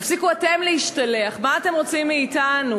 תפסיקו אתם להשתלח, מה אתם רוצים מאתנו?